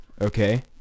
okay